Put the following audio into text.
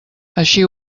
així